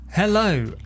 Hello